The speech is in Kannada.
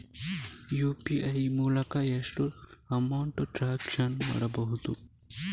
ಯು.ಪಿ.ಐ ಮೂಲಕ ಎಷ್ಟು ಅಮೌಂಟ್ ಟ್ರಾನ್ಸಾಕ್ಷನ್ ಮಾಡಬಹುದು?